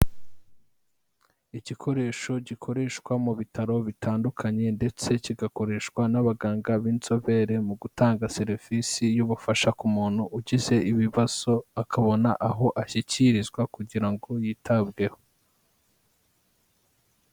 Igikoresho gikoreshwa mu bitaro bitandukanye, ndetse kigakoreshwa n'abaganga b'inzobere mu gutanga serivisi y'ubufasha ku muntu ugize ibibazo akabona aho ashyikirizwa, kugira ngo yitabweho.